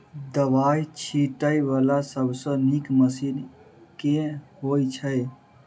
दवाई छीटै वला सबसँ नीक मशीन केँ होइ छै?